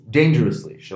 dangerously